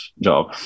job